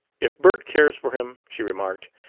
if bert cares for him, she remarked,